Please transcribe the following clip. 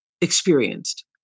experienced